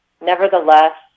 nevertheless